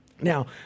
Now